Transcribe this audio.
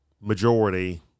majority